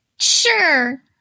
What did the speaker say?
Sure